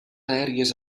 aèries